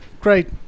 great